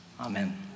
Amen